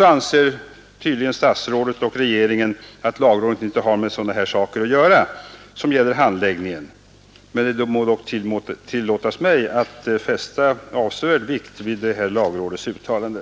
anser tydligen statsrådet och regeringen att lagrådet inte har med saker som gäller handläggningen att göra. Det må dock tillåtas mig att fästa avsevärd vikt vid lagrådets uttalande.